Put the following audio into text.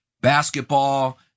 basketball